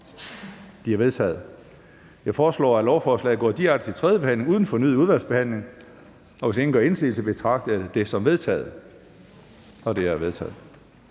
Det er vedtaget. Jeg foreslår at lovforslaget går direkte til tredje behandling uden fornyet udvalgsbehandling. Hvis ingen gør indsigelse, betragter jeg det som vedtaget. Det er vedtaget.